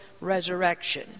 resurrection